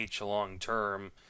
long-term